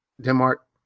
Denmark